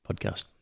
podcast